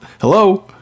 Hello